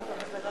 נא לפזר